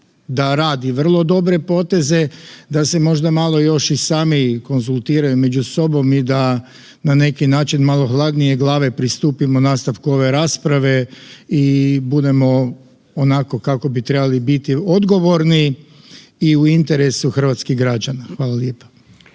da radi vrlo dobre poteze da se možda još malo i sami konzultiraju među sobom i da na neki način malo hladnije glave pristupimo nastavku ove rasprave i budemo onako kako bi trebali biti odgovorni i u interesu hrvatskih građana. Hvala lijepo.